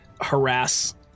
harass